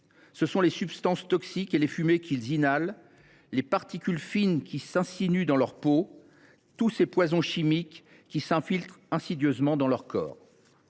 les substances toxiques et les fumées qu’ils inhalent, les particules fines qui s’insinuent dans leur peau, tous ces poisons chimiques qui s’infiltrent insidieusement dans leur